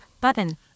Button